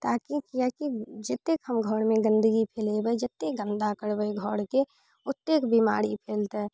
ताकि किएक कि जतेक हम घरमे गन्दगी फैलेबै जते गन्दा करबै घरके ओतेक बीमारी फैलतै